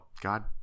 God